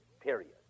period